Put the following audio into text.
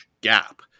gap